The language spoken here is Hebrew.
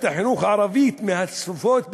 החינוך הערבית הן מהצפופות במדינה.